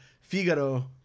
Figaro